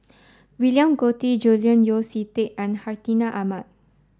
William Goode Julian Yeo See Teck and Hartinah Ahmad